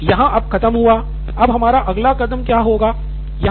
तो ये यहाँ अब खत्म हुआ अब हमारा अगला कदम क्या होगा